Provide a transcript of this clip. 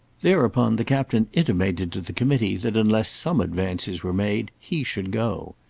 thereupon the captain intimated to the committee that unless some advances were made he should go.